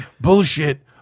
bullshit